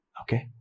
Okay